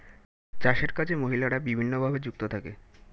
চাষের কাজে মহিলারা বিভিন্নভাবে যুক্ত থাকে